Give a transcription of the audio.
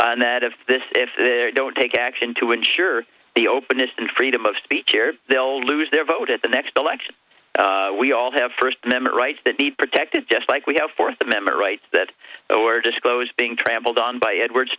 and that of this if they don't take action to ensure the openness and freedom of speech they'll lose their vote at the next election we all have first amendment rights to be protected just like we have fourth amendment rights that were disclosed being trampled on by edward